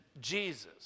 Jesus